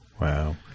Wow